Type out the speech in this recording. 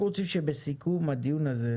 אנחנו רוצים שבסיכום הדיון הזה,